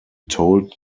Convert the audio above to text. told